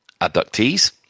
abductees